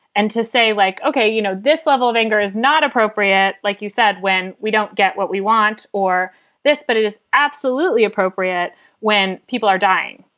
and to say, like, ok, you know, this level of anger is not appropriate. like you said, when we don't get what we want or this, but it is absolutely appropriate when people are dying.